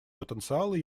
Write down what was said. потенциала